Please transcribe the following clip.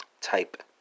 type